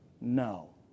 No